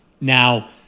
Now